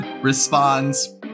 responds